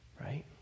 Right